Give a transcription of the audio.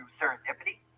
serendipity